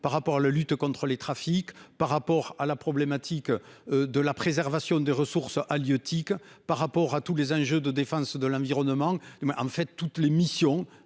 par rapport à la lutte contre les trafics par rapport à la problématique. De la préservation des ressources halieutiques. Par rapport à tous les enjeux de défense de l'environnement en fait toutes les missions.